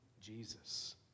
Jesus